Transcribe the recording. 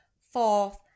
fourth